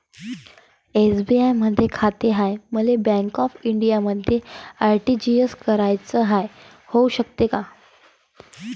SBI मधी खाते हाय, मले बँक ऑफ इंडियामध्ये आर.टी.जी.एस कराच हाय, होऊ शकते का?